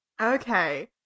Okay